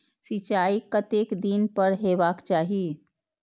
सिंचाई कतेक दिन पर हेबाक चाही?